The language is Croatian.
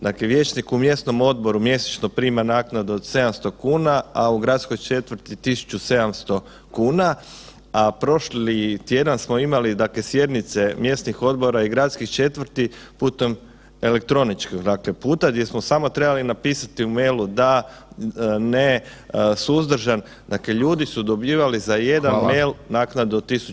Dakle, vijećnik u mjesnom odboru mjesečno prima naknadu od 700 kuna, a u gradskoj četvrti 1.700 kuna, a prošli tjedan smo imali sjednice mjesnih odbora i gradskih četvrti putem elektroničkog dakle puta gdje smo samo trebali napisati u mailu da, ne, suzdržan, dakle ljudi su dobivali za jedan mail naknadu od 1.700 kuna.